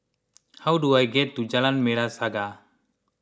how do I get to Jalan Merah Saga